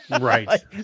Right